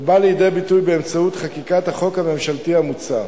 ובא לידי ביטוי באמצעות חקיקת החוק הממשלתי המוצע.